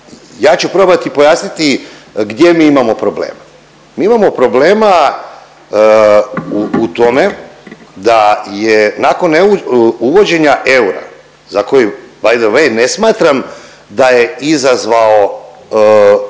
ja ću probati pojasniti gdje mi imamo problema. Mi imamo problema u, u tome da je nakon uvođenja eura za koji by the way ne smatram da je izazvao